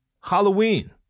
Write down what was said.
Halloween